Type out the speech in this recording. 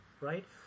right